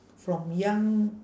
from young